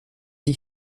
die